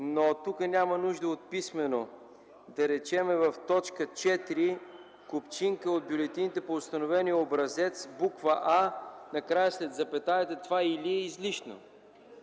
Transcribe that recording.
но тук няма нужда от писмено. Да речем, в т. 4: „купчинка от бюлетини по установения образец”, в буква „а” накрая след запетаята това „или” е излишно.